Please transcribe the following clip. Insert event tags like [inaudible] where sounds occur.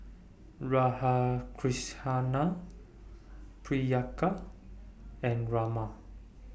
[unintelligible] Priyanka and Raman